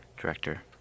director